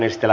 asia